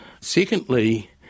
Secondly